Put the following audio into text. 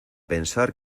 pensar